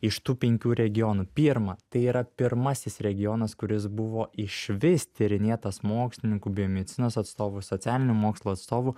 iš tų penkių regionų pirma tai yra pirmasis regionas kuris buvo išvis tyrinėtas mokslininkų biomedicinos atstovų socialinių mokslų atstovų